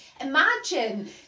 Imagine